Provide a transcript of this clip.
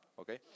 okay